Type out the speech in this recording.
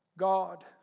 God